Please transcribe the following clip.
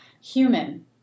human